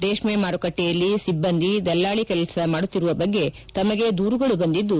ರೇಷ್ಠೆ ಮಾರುಕಟ್ಟೆಯಲ್ಲಿ ಸಿಬ್ಬಂದಿ ದಲ್ಲಾಳಿ ಕೆಲಸ ಮಾಡುತ್ತಿರುವ ಬಗ್ಗೆ ತಮಗೆ ದೂರುಗಳು ಬಂದಿದ್ದು